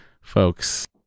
folks